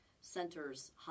centers